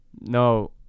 no